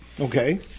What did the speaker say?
Okay